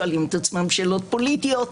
שואלים את עצמם שאלות פוליטיות,